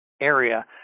area